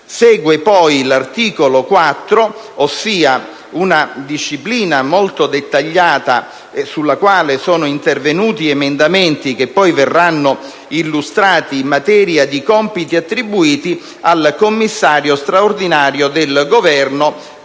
Segue l'articolo 4, recante una disciplina molto dettagliata, sulla quale sono intervenuti emendamenti che poi verranno illustrati, in materia di compiti attribuiti al commissario straordinario del Governo